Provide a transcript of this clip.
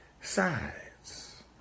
sides